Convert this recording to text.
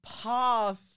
path